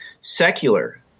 secular